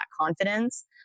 confidence